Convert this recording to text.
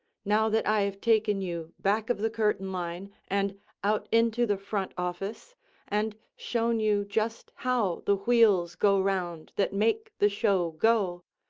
now that i have taken you back of the curtain line and out into the front office and shown you just how the wheels go round that make the show go,